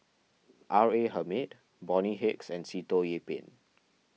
R A Hamid Bonny Hicks and Sitoh Yih Pin